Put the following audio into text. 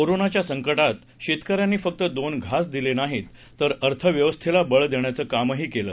कोरोनाच्या संकटात शेतकऱ्यांनी फक्त दोन घास दिले नाहीत तर अर्थव्यवस्थेला बळ देण्याचं कामही केलं